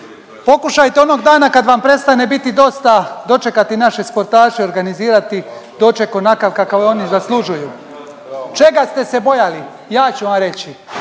Pokušajte onog dana kad vam prestane biti dosta, dočekati naše sportaše i organizirati doček onakav kakav oni zaslužuju. Čega ste se bojali, ja ću vam reći,